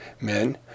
men